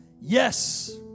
Yes